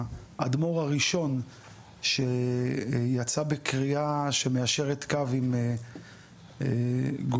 האדמו"ר הראשון שיצא בקריאה שמיישרת קו עם גורמי